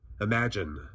Imagine